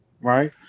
Right